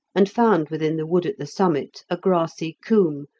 and found within the wood at the summit a grassy coombe,